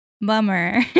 Bummer